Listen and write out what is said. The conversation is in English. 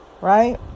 right